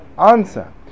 Answer